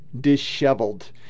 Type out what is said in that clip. disheveled